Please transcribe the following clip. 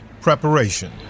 preparation